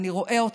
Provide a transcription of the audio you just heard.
אני רואה אתכם.